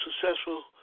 successful